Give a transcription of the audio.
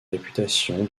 réputation